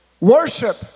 worship